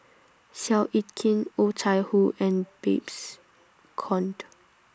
Seow Yit Kin Oh Chai Hoo and Babes Conde